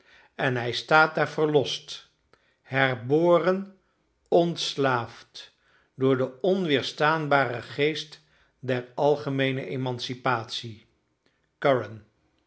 en hij staat daar verlost herboren ontslaafd door den onweerstaanbaren geest der algemeene emancipatie curran